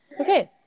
okay